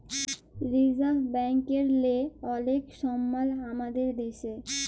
reserve ব্যাংকেরলে অলেক সমমাল আমাদের দ্যাশে